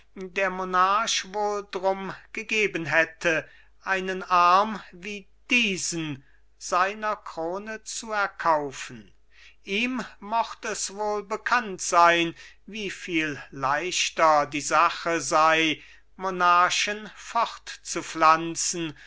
der monarch wohl drum gegeben hätte einen arm wie diesen seiner krone zu erkaufen ihm mocht es wohl bekannt sein wieviel leichter die sache sei monarchen fortzupflanzen